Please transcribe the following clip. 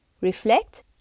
reflect